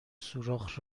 سوراخ